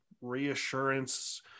reassurance